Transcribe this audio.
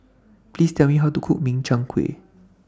Please Tell Me How to Cook Min Chiang Kueh